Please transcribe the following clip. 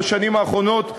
בשנים האחרונות,